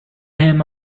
him